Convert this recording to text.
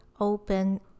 open